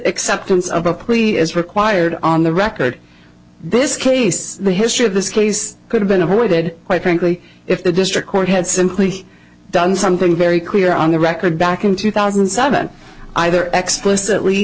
substance of a plea is required on the record this case the history of this case could have been avoided quite frankly if the district court had simply done something very clear on the record back in two thousand and seven either expl